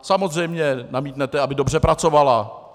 Samozřejmě namítnete, aby dobře pracovala.